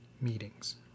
meetings